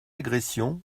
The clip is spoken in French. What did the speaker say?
agression